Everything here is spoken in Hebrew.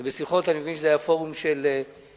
ואני מבין שזה היה פורום של 12